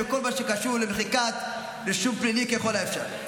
בכל מה שקשור למחיקת רישום פלילי ככל האפשר.